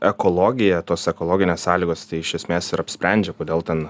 ekologija tos ekologinės sąlygos iš esmės ir apsprendžia kodėl ten